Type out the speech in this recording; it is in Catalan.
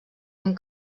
amb